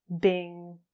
Bing